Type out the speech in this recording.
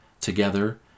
together